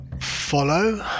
follow